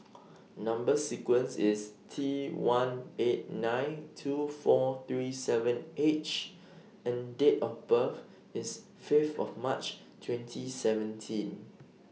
Number sequence IS T one eight nine two four three seven H and Date of birth IS five of March twenty seventeen